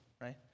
Right